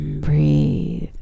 Breathe